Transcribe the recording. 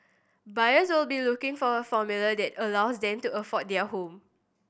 buyers will be looking for a formula that allows them to afford their home